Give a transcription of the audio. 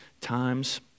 times